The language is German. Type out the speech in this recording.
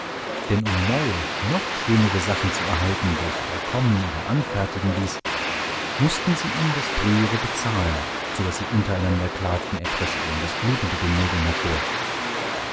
denn um neue noch schönere sachen zu erhalten welche er kommen oder anfertigen ließ mußten sie ihm das frühere bezahlen so daß sie untereinander klagten er presse ihnen das blut unter den nägeln hervor